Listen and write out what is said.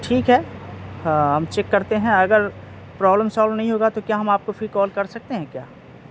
ٹھیک ہے ہاں ہم چیک کرتے ہیں اگر پرابلم سالو نہیں ہوگا تو کیا ہم آپ کو پھر کال کر سکتے ہیں کیا